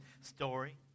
story